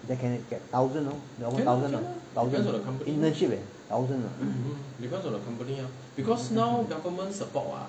that can get thousands you know one thousand thousand internship leh thousand ah